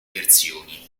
versioni